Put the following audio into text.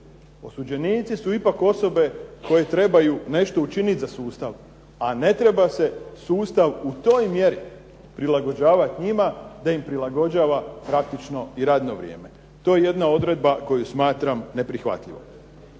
Osuđenici su ipak osobe koje trebaju nešto učiniti za sustav, a ne treba se sustav u toj mjeri prilagođavati njima da im prilagođava praktično i radno vrijeme. To je jedna odredba koju smatram neprihvatljivom.